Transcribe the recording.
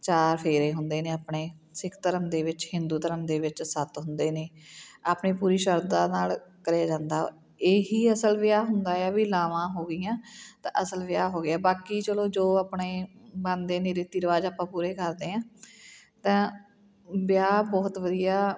ਚਾਰ ਫੇਰੇ ਹੁੰਦੇ ਨੇ ਆਪਣੇ ਸਿੱਖ ਧਰਮ ਦੇ ਵਿੱਚ ਹਿੰਦੂ ਧਰਮ ਦੇ ਵਿੱਚ ਸੱਤ ਹੁੰਦੇ ਨੇ ਆਪਣੀ ਪੂਰੀ ਸ਼ਰਧਾ ਨਾਲ ਕਰਿਆ ਜਾਂਦਾ ਇਹੀ ਅਸਲ ਵਿਆਹ ਹੁੰਦਾ ਏ ਆ ਵੀ ਲਾਵਾਂ ਹੋ ਗਈਆਂ ਤਾਂ ਅਸਲ ਵਿਆਹ ਹੋ ਗਿਆ ਬਾਕੀ ਚਲੋ ਜੋ ਆਪਣੇ ਬਣਦੇ ਨੇ ਰੀਤੀ ਰਿਵਾਜ਼ ਆਪਾਂ ਪੂਰੇ ਕਰਦੇ ਹਾਂ ਤਾਂ ਵਿਆਹ ਬਹੁਤ ਵਧੀਆ